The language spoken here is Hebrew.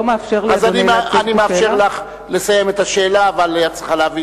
אתה לא מאפשר לי, אדוני, להציג את השאלה?